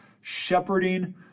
shepherding